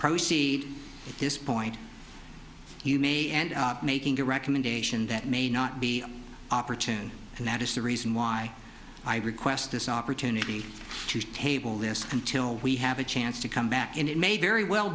proceed at this point you may end up making a recommendation that may not be opportune and that is the reason why i request this opportunity to table this until we have a chance to come back and it may very well